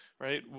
right